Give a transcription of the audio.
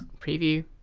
preview